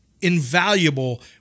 invaluable